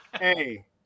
Hey